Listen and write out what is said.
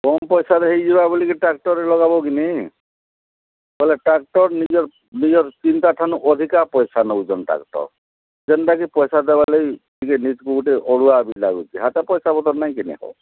କମ୍ ପଇସାରେ ହୋଇଯିବା ବୋଲିକି ଟ୍ରାକଟର୍ରେ ଲଗାବକିନି ହେଲେ ଟ୍ରାକଟର୍ ନିଜର ନିଜର ଚିନ୍ତା ଠାନୁ ଅଧିକା ପଇସା ନେଉଛନ ଟ୍ରାକଟର୍ ଯେନ୍ତାକି ପଇସା ଦେବାଲାଗି ଟିକେ ନିଜକୁ ଗୁଟେ ଅଡ଼ୁଆ ବି ଲାଗୁଛେ ହାତରେ ପଇସା ପତର ନାଇକିନେ ହୋ